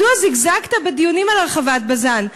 מדוע זגזגת בדיונים על הרחבת בז"ן?